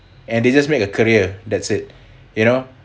and they just make a career that's it you know